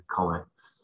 Comics